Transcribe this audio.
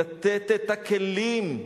לתת את הכלים,